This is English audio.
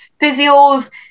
physios